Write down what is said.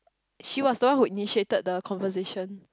she was the one who initiated the conversation